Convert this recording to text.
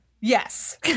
Yes